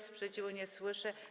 Sprzeciwu nie słyszę.